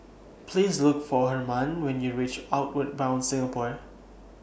Please Look For Hermann when YOU REACH Outward Bound Singapore